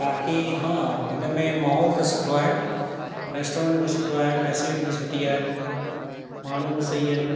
बाक़ी हा हिन में माहौल त सुठो आहे रेस्टोरैंट बि सुठो आहे फेसिलिटी बि सुठी आहे माण्हू बि सही आहिनि